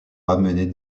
ramener